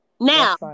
now-